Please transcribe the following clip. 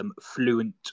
fluent